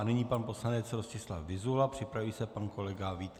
Nyní pan poslanec Rostislav Vyzula, připraví se pan kolega Vít Kaňkovský.